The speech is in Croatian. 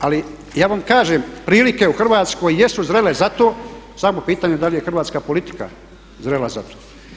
Ali ja vam kažem prilike u Hrvatskoj jesu zrele za to samo je pitanje da li je hrvatska politika zrela za to.